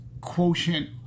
quotient